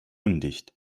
undicht